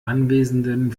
anwesenden